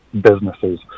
businesses